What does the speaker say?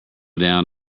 down